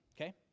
okay